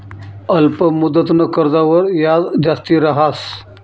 अल्प मुदतनं कर्जवर याज जास्ती रहास